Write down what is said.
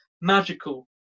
Magical